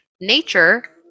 nature